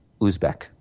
Uzbek